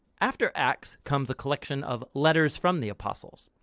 after acts comes a collection of letters from the apostles.